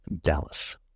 Dallas